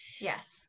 Yes